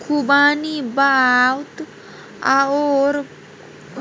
खुबानी वात आओर कफकेँ कम कए शरीरकेँ पुष्ट करैत छै